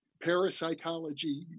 parapsychology